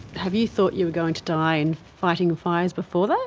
have you thought you were going to die in fighting fires before that